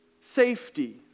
Safety